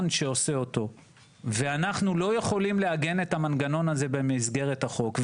שעושה אותן ואנחנו לא יכולים לעגן את המנגנון הזה במסגרת החוק.